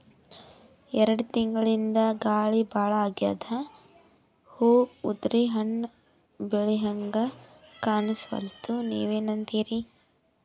ಎರೆಡ್ ತಿಂಗಳಿಂದ ಗಾಳಿ ಭಾಳ ಆಗ್ಯಾದ, ಹೂವ ಉದ್ರಿ ಹಣ್ಣ ಬೆಳಿಹಂಗ ಕಾಣಸ್ವಲ್ತು, ನೀವೆನಂತಿರಿ?